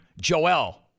Joel